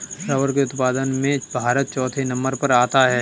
rubber के उत्पादन में भारत चौथे नंबर पर आता है